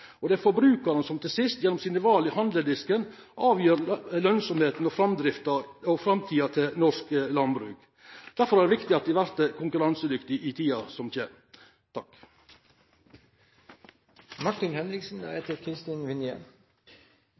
sist, gjennom sine val i handledisken, avgjer lønnsemda og framtida til norsk landbruk. Difor er det viktig at dei vert konkurransedyktige i tida som